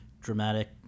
dramatic